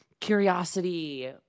curiosity